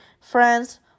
friends